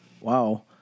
Wow